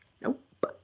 Nope